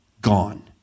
Gone